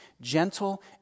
gentle